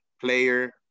player